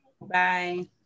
Bye